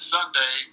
Sunday